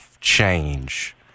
change